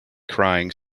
crying